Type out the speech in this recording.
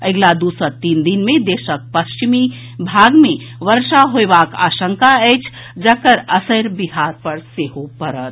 अगिला दू सँ तीन दिन मे देशक पश्चिमी भाग मे वर्षा होयबाक आशंका अछि जकर असरि बिहार पर सेहो पड़त